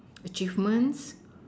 achievements